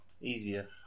easier